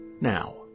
Now